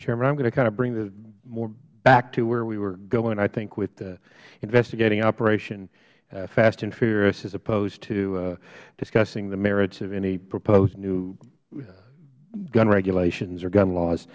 chairman i'm going to kind of bring it more back to where we were going i think with the investigating operation fast and furious as opposed to discussing the merits of any proposed new gun regulations or gun laws